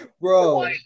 Bro